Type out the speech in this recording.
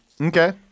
Okay